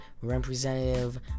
representative